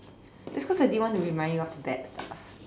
it's cause I didn't want to remind you of the bad stuff